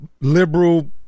liberal